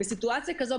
בסיטואציה כזאת,